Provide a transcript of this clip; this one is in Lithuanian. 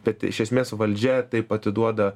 bet iš esmės valdžia taip atiduoda